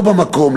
לא במקום,